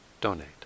donate